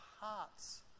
hearts